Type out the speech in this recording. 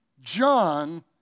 John